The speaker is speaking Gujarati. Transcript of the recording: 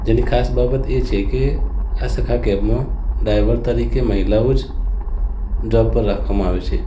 જેની ખાસ બાબત એ છે કે આ સખા કૅબમાં ડ્રાઈવર તરીકે મહિલાઓ જ જૉબ પર રાખવામાં આવે છે